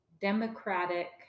democratic